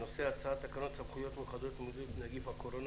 על סדר היום הצעת תקנות סמכויות מיוחדות להתמודדות עם נגיף הקורונה